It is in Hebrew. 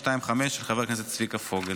של חבר הכנסת צביקה פוגל.